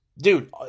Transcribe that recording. Dude